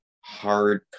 hard